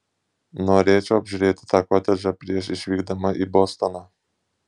norėčiau apžiūrėti tą kotedžą prieš išvykdama į bostoną